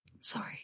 Sorry